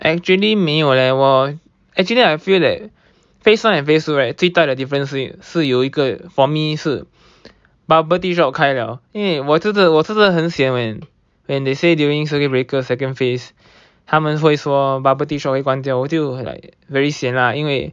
actually 没有 leh 我 actually I feel that phase one and phase two right 最大的 difference 是是有一个 for me 是 bubble tea shop 开了因为我真的我真的很 sian when when they say during circuit breaker second phase 他们会说 bubble tea shop 会关掉我就 like very sian lah 因为